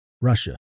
Russia